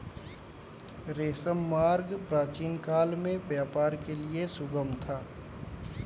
रेशम मार्ग प्राचीनकाल में व्यापार के लिए सुगम था